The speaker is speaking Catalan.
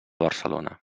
barcelona